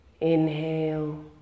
Inhale